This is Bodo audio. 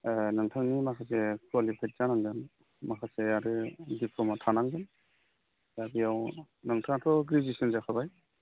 नोंथांनि माखासे कुवालिफाइड जानांगोन माखासे आरो डिप्ल'मा थानांगोन दा बेयाव नोंथाङाथ' ग्रेजुवेसन जाखाबाय